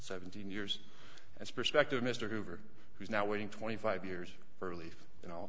seventeen years as prospective mr hoover who's now waiting twenty five years for relief you know